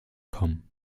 kommen